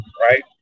right